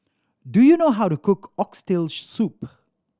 do you know how to cook Oxtail Soup